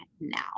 now